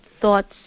thoughts